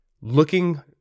looking